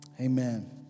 Amen